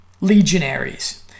legionaries